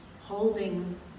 holding